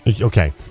Okay